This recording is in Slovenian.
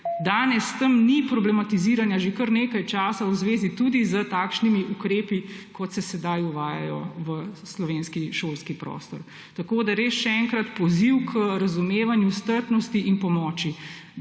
danes tam ni problematiziranja že kar nekaj časa tudi v zvezi s takšnimi ukrepi, kot se sedaj uvajajo v slovenski šolski prostor. Tako da res še enkrat poziv k razumevanju, strpnosti in pomoči.